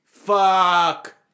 Fuck